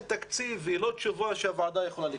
תקציב היא לא תשובה שהוועדה יכולה לקבל.